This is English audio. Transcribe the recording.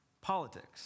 Politics